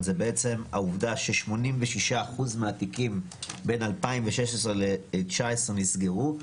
זו בעצם העבודה ש-86 אחוז מהתיקים בין 2016 ל-2019 נסגרו,